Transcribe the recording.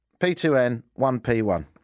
P2N1P1